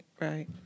right